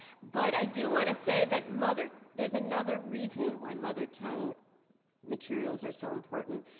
but i do want to say that mother there's another reason why mother tongue materials are so important.